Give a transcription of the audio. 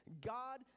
God